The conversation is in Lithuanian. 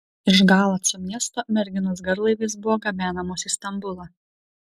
iš galaco miesto merginos garlaiviais buvo gabenamos į stambulą